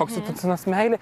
oksitocinas meilė